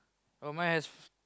oh mine has f~